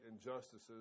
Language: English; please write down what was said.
injustices